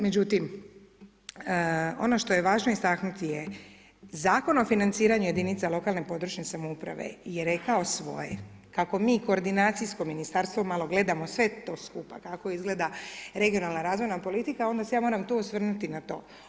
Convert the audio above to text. Međutim, ono što je važno istaknuti, je, Zakon o financiranju jedinica lokalne područne samouprave je rekao svoje, kako mi koordinacijsko Ministarstvo, malo gledamo sve to skupa kako izgleda regionalna razvojna politika, onda se ja moram tu osvrnuti na to.